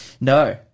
No